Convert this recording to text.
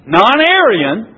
non-Aryan